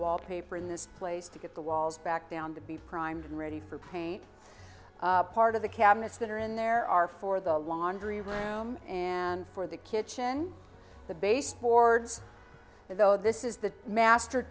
wallpaper in this place to get the walls back down to be primed and ready for paint part of the cabinets that are in there are for the laundry room and for the kitchen the baseboards though this is the master